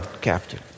captain